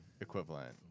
equivalent